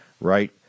right